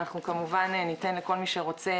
כמובן שניתן להתייחס לכל מי שרוצה.